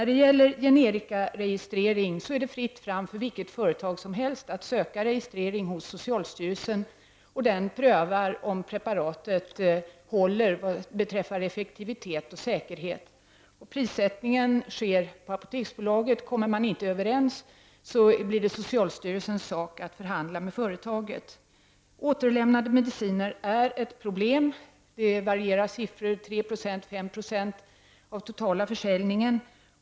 Det är fritt fram för vilket företag som helst att söka registrering av generiska läkemedel hos socialstyrelsen. Den prövar om preparatet håller beträffande effektivitet och säkerhet. Prissättningen sker på Apoteksbolaget. Om företaget och Apoteksbolaget inte kommer överens får socialstyrelsen förhandla med företaget. Återlämnade mediciner är ett problem. Siffrorna när det gäller mängden av dessa varierar mellan 3 och 5 96 av den totala försäljningen.